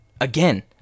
again